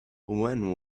when